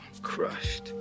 Crushed